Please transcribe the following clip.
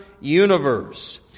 universe